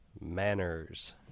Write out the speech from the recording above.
manners